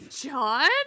John